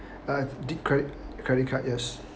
uh did cre~ credit card yes